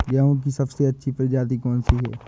गेहूँ की सबसे अच्छी प्रजाति कौन सी है?